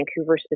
Vancouver